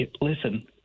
listen